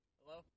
Hello